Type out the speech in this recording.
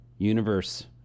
Universe